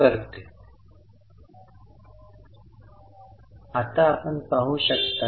हे कसे कार्य केले जाते आपण अंदाज लावू शकता का